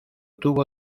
tuvo